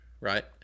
right